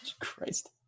Christ